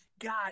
god